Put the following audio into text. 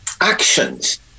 actions